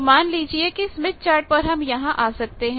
तो मान लीजिए कि स्मिथ चार्ट पर हम यहां आ सकते हैं